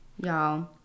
Y'all